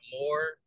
more